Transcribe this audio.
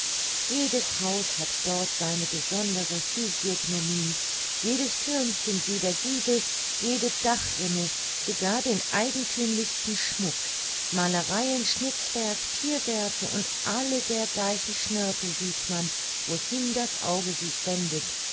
jedes haus hat dort seine besondere physiognomie jedes thürmchen jeder giebel jede dachrinne sogar den eigenthümlichsten schmuck malereien schnitzwerk thierköpfe und alle dergleichen schnörkel sieht man wohin das auge sich wendet